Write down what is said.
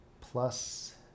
plus